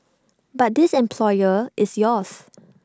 but this employer is yours